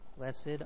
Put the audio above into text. Blessed